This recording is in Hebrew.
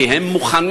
כי הם מוכנים,